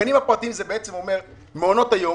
הגנים הפרטיים, זה בעצם אומר שמעונות היום